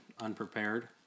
unprepared